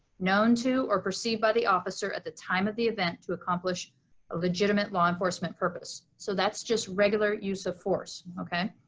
known to or perceived by the officer at the time of the event to accomplish a legitimate law enforcement purpose. so that's just regular use of force, okay?